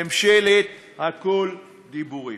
ממשלת הכול דיבורים.